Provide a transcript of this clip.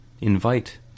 invite